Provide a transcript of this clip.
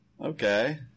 okay